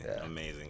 amazing